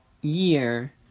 year